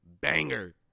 banger